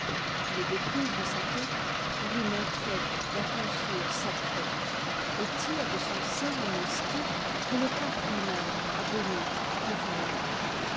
il découvre sa tête pour lui montrer la tonsure sacrée et tire de son sein une hostie que le pape lui-même a bénite pour elle